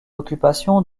occupation